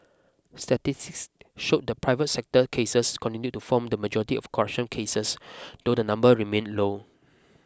statistics showed that private sector cases continued to form the majority of corruption cases though the number remained low